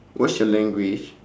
watch your language